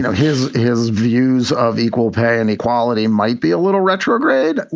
his his views of equal pay inequality might be a little retrograde.